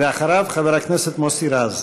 ואחריו, חבר הכנסת מוסי רז.